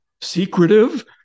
secretive